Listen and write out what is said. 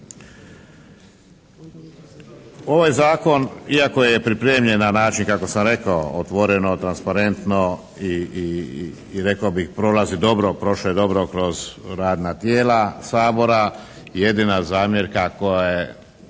Ovaj zakon iako je pripremljen na način kako sam rekao otvoreno, transparentno i rekao bih prolazi dobro, prošao je dobro kroz radna tijela Sabora. Jedina zamjerka koju sam